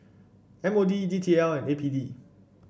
M O D D T L and A P D